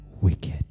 wicked